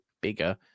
bigger